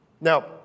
Now